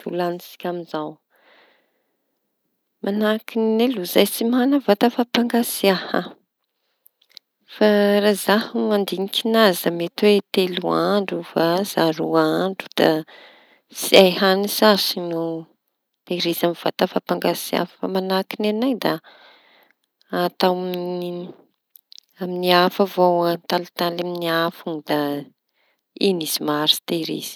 Volañintsika amizao. Manahaky ny anay aloha zay tsy mana vata fampangatsiaha. Fa raha zaho mandinika an'azy da mety oe telo andro vasa no roa andro da tsy hay hany sasy ny tehirizy amin'ny vata fampangatsiaha. Fa manahaky ny anay da atao ny amiñy afo avao atalitaly amin'ny afo da iñy izy maharitsy tehirizy.